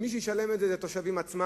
מי שישלמו את זה אלה התושבים עצמם.